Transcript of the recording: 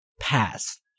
past